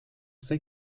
sei